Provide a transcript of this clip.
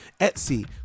etsy